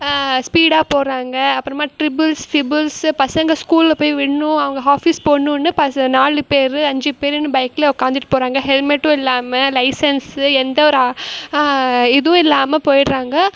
ஸ்பீடாக போகிறாங்க அப்புறமா ட்ரிபுள்ஸ் ஃபிபுள்ஸு பசங்களை ஸ்கூலில் போய் விடணும் அவங்க ஹாஃபீஸ் போகணுன்னு பச நாலு பேர் அஞ்சு பேருன்னு பைக்கில் உக்கார்ந்துட்டு போகிறாங்க ஹெல்மெட்டும் இல்லாமல் லைசென்ஸு எந்த ஒரு ஆ இதுவும் இல்லாமல் போயிடறாங்க